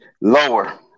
Lower